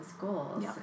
goals